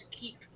keep